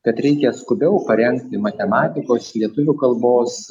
kad reikia skubiau parengti matematikos lietuvių kalbos